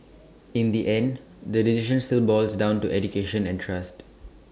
in the end the decision still boils down to education and trust